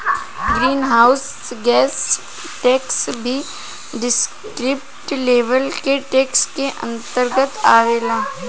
green house gas tax भी descriptive level के tax के अंतर्गत आवेला